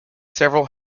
several